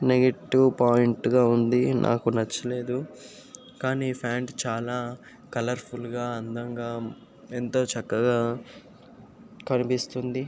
negative పాయింట్గా ఉంది నాకు నచ్చలేదు కానీ ప్యాంట్ చాలా కలర్ఫుల్గా అందంగా ఎంతో చక్కగా కనిపిస్తుంది